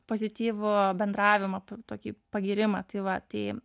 pozityvų bendravimą tokį pagyrimą tai va tai